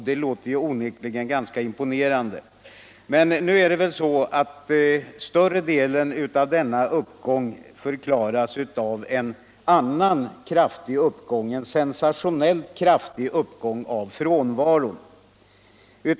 Det låter onekligen ganska imponerande. Men nu förklaras nog större delen av denna uppgång av en sensationellt kraftig uppgång av frånvaron.